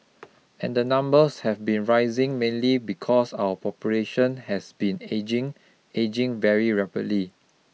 and the numbers have been rising mainly because our population has been ageing ageing very rapidly